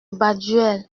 baduel